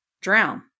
drown